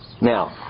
Now